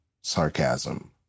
sarcasm